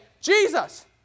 Jesus